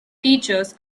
teachers